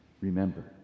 remember